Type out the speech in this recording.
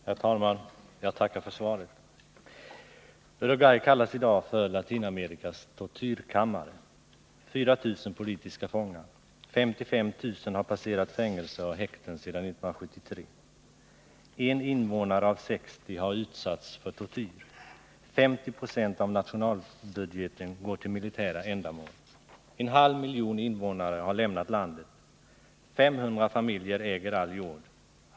Herr talman! Jag tackar för svaret. Uruguay kallas i dag för Latinamerikas tortyrkammare: Där finns 4 000 politiska fångar. 55 000 människor har passerat fängelser och häkten sedan 1973. 1 invånare av 60 har utsatts för tortyr. 50 96 av nationalbudgeten går till militära ändamål. En halv miljon invånare har lämnat landet. 500 familjer äger all jord.